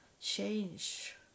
change